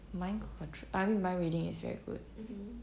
mind con~ I mean mind reading is very good